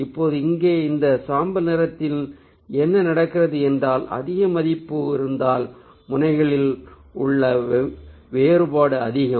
இப்போது இங்கே இந்த சாம்பல் நிறத்தில் என்ன நடக்கிறது என்றால் அதிக மதிப்பு இருந்தால் முனைகளில் உள்ள வேறுபாடு அதிகம்